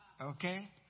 Okay